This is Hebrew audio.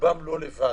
ברובם לא לבד.